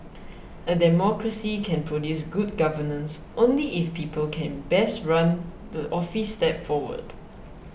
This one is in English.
a democracy can produce good governance only if people can best run the office step forward